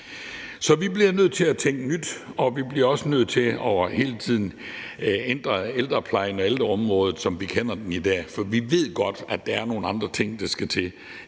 Så vi bliver nødt til at tænke nyt, og vi bliver også nødt til hele tiden at ændre ældreplejen og ældreområdet, som vi kender det i dag, for vi ved godt, at det er nogle andre ting, der skal til.